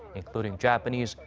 including japanese,